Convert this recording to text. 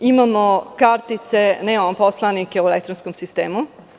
Imamo kartice, a nemamo poslanike, u elektronskom sistemu.